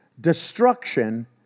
destruction